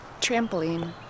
trampoline